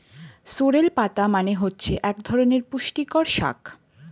sorrel পাতা মানে হচ্ছে এক ধরনের পুষ্টিকর শাক